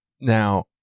Now